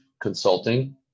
consulting